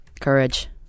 courage